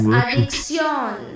addiction